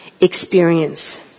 experience